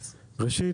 ראשית,